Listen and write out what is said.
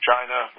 China